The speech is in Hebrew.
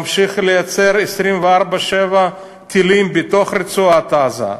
הוא ממשיך לייצר 24/7 טילים בתוך רצועת-עזה.